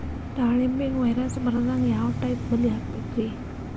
ದಾಳಿಂಬೆಗೆ ವೈರಸ್ ಬರದಂಗ ಯಾವ್ ಟೈಪ್ ಬಲಿ ಹಾಕಬೇಕ್ರಿ?